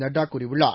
நட்டா கூறியுள்ளார்